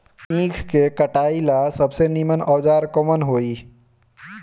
ईख के कटाई ला सबसे नीमन औजार कवन होई?